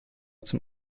zum